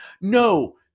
no